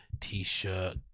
t-shirt